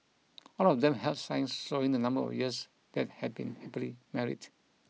all of them held signs showing the number of years they had been happily married